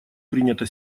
принята